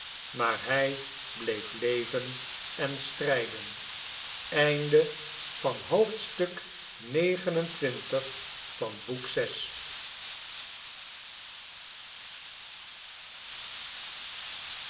maar hij bleef leven en strijden